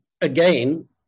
again